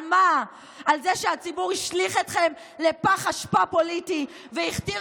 על זה שהציבור השליך אתכם לפח אשפה פוליטי והכתיר